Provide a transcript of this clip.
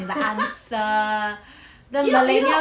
you know you know